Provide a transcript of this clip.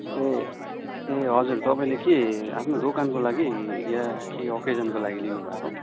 ए ए हजुर तपाईँले के आफ्नो दोकानको लागि या केही अकेजनको लागि लिनुभएको